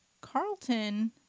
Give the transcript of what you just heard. Carlton